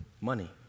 money